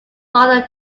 father